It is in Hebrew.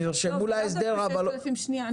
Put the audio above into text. נרשמו להסדר אבל לא --- שנייה,